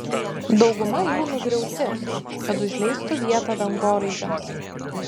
dauguma jų nugriauti kad užleistų vietą dangoraižiams